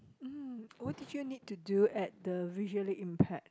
mm what did you need to do at the visually impaired